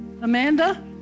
Amanda